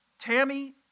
Tammy